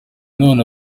none